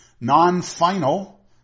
Non-final